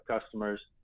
customers